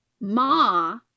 Ma